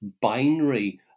binary